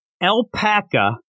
alpaca